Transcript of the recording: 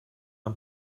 and